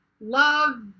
love